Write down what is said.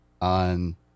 on